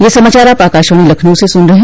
ब्रे क यह समाचार आप आकाशवाणी लखनऊ से सुन रहे हैं